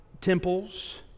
temples